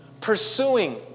pursuing